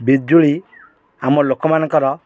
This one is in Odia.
ବିଜୁଳି ଆମ ଲୋକମାନଙ୍କର